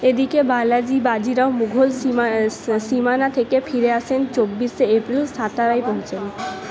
এদিকে বালাজি বাজিরাও মুঘল সীমা সীমানা থেকে ফিরে আসেন চব্বিশে এপ্রিল সাতারায় পৌঁছেন